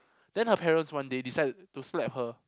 then her parents one day decide to slap her